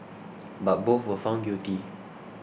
but both were found guilty